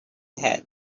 had